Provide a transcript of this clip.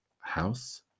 house